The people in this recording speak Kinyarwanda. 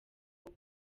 koko